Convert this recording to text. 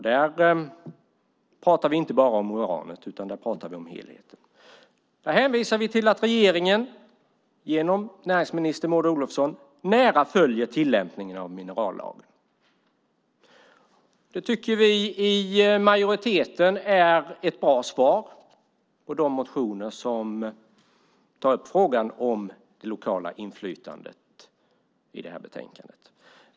Där pratar vi inte bara om uranet utan om helheten. Vi hänvisar till att regeringen genom näringsminister Maud Olofsson nära följer tillämpningen av minerallagen. Vi i majoriteten tycker att det är ett bra svar på de motioner om det lokala inflytandet som behandlas i detta betänkande.